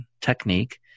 technique